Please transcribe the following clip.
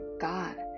God